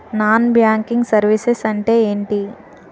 Non banking services అంటే ఎంటి?